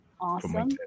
awesome